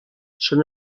són